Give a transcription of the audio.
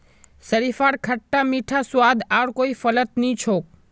शरीफार खट्टा मीठा स्वाद आर कोई फलत नी छोक